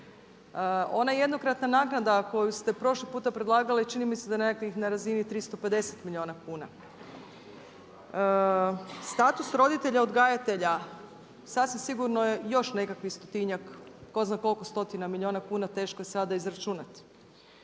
Ona jednokratna naknada koju ste prošli puta predlagali čini mi se da je nekakvih na razini 350 milijuna kuna. Status roditelja odgajatelja sasvim sigurno je još nekakvih stotinjak, tko zna koliko stotina milijuna kuna, teško je sada izračunati.